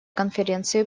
конференции